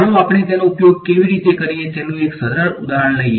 ચાલો આપણે તેનો ઉપયોગ કેવી રીતે કરીએ તેનું એક સરળ ઉદાહરણ લઈએ